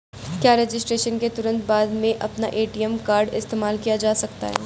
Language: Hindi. क्या रजिस्ट्रेशन के तुरंत बाद में अपना ए.टी.एम कार्ड इस्तेमाल किया जा सकता है?